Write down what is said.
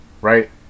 Right